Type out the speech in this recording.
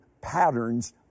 patterns